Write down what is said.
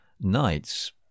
nights